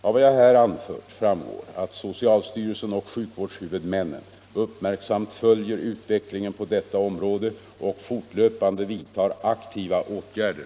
Av vad jag här anfört framgår att socialstyrelsen och sjukvårdshu vudmännen uppmärksamt följer utvecklingen på detta område och fort löpande vidtar aktiva åtgärder.